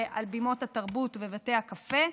על בימות התרבות ובבתי הקפה,